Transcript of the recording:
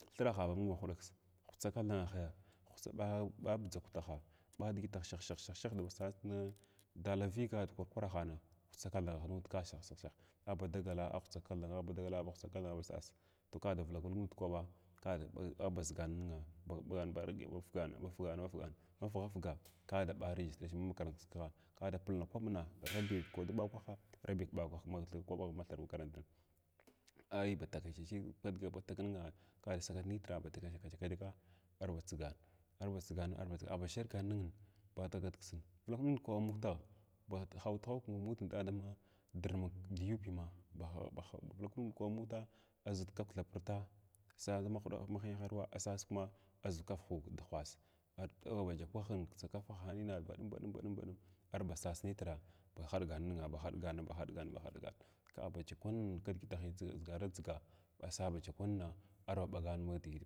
Thiraha ba mung ma huɗa ksa hutsa kathuha hutsa ba batshutaha ɓadigitah ba shah shah shah sha dawa sas na dala vyəga dukwa kwaraha hutsa kathangah nuda ka shasshah shah kaba dagala ahutsa kathang badagala ba butsa kathanal ba sas kaba davulak nud kwarɓa ba da aghʒigan ninga ba ɓagan barikiya bafugan bafugan bafugan mafughum kga ka da ɓa vijistreshin makarant kiskigha kada pulna kwaɓna rabi kwada ɓa kwaha rabi kɓa kwag ma mathir kwaɓagh makarantin ai ba takiy shishig kda bafag ninga kada sagal nitra batzra chakachaka arba tsigan arbatsigan arba tsigan aba ʒhargan ninghin badagal ksin vulak nuɗ kwaba mutugh ba hawghit hawf thaɓa nautin dama dirmik dyabeya ma ba ba haw vulak nud kwaɓa muta aʒit kapthapirta sa dama hinɗu hineharuuw asas kuma aʒu kaf du dughwas ar adyəba kwahin ʒakafin haninna baɗum baɗum baɗumma baɗum arba sas nitra ba haɗgan nugu bahiɗgun ninga bahuɗgan ba haɗgan kabaya kwannin kidigitrahi dʒigan dʒiga asabaya kwanna arba ɓagan madigita.